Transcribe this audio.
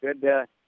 good